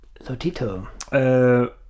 Lotito